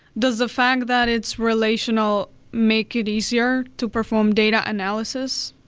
does the fact that it's relational make it easier to perform data analysis?